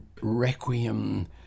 requiem